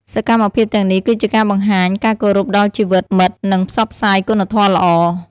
សកម្មភាពទាំងនេះគឺជាការបង្ហាញការគោរពដល់ជីវិតមិត្ត និងផ្សព្វផ្សាយគុណធម៌ល្អ។